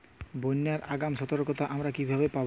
বন্যার আগাম সতর্কতা আমরা কিভাবে পাবো?